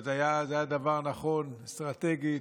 זה היה דבר נכון אסטרטגית,